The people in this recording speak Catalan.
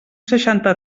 seixanta